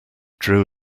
drew